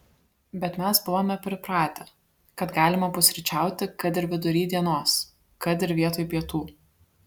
bet mes buvome pripratę kad galima pusryčiauti kad ir vidury dienos kad ir vietoj pietų